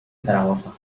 zaragoza